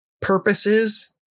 purposes